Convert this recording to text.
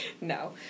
No